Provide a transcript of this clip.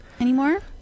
anymore